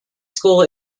school